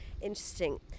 Interesting